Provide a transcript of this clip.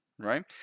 Right